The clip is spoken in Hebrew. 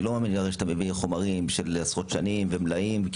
אני לא מאמין שאתה מביא חומרים של עשרות שנים ומלאים,